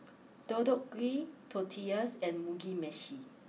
Deodeok Gui Tortillas and Mugi Meshi